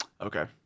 Okay